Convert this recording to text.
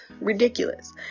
ridiculous